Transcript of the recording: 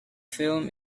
film